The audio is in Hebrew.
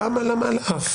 למה על אף?